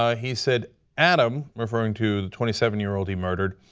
ah he said adam, referring to the twenty seven year old he murdered,